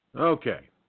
Okay